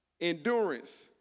endurance